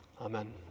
Amen